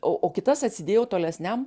o o kitas atsidėjau tolesniam